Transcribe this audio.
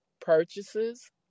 purchases